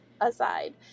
aside